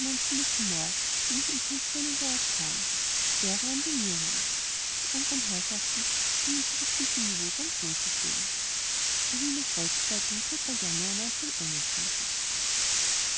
humor gegen die intentionen der autoren ehre ihren bemühungen die anderen herrschaften schienen sich auf diesem niveau ganz wohl zu fühlen berliner volks-zeitung januar